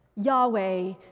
Yahweh